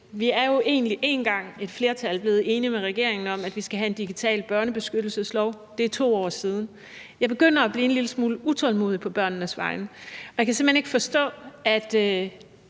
Vi er jo egentlig allerede sammen med regeringen blevet enige om, at vi skal have en digital børnebeskyttelseslov. Det er 2 år siden, og jeg begynder at blive en lille smule utålmodig på børnenes vegne. Jeg kan simpelt ikke forstå, at